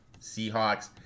Seahawks